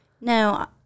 No